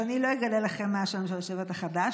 אז אני לא אגלה לכם מה השם של השבט החדש,